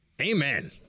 Amen